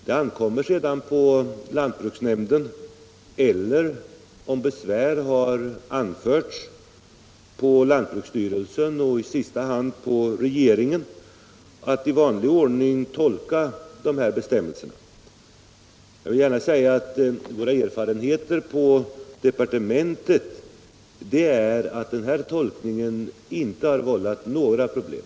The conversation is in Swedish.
Det ankommer på lantbruksnämnderna eller, om besvär har anförts, på lantbruksstyrelsen och i sista hand på regeringen att i vanlig ordning tolka dessa bestämmelser. Våra erfarenheter på departementet är att denna tolkning inte har vållat några problem.